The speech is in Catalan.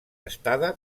estada